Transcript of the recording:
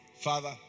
Father